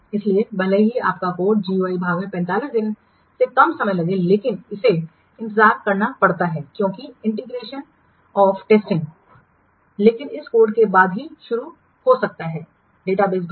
इसलिए भले ही आपका कोड GUI भाग में 45 दिन से कम समय लगे लेकिन इसे इंतजार करना पड़ता है क्योंकि इंटीग्रेशन ऑफ टेस्टिंग है लेकिन इस कोड के बाद ही शुरू हो सकता है डेटाबेस भाग